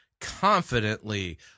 confidently